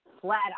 flat